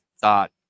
thought